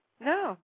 No